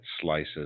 slices